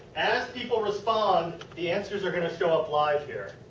as people respond the answers are going to show up live here.